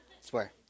swear